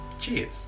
cheers